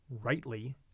rightly